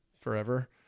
Forever